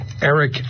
eric